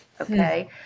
Okay